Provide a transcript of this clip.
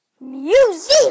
music